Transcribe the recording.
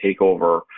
takeover